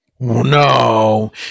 No